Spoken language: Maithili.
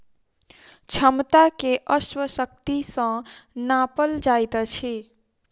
क्षमता के अश्व शक्ति सॅ नापल जाइत अछि